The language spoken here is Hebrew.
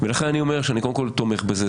ולכן אני אומר שאני קודם כל תומך בזה,